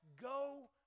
go